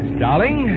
darling